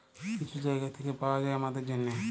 কিছু জায়গা থ্যাইকে পাউয়া যায় আমাদের জ্যনহে